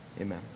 amen